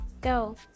Go